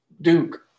Duke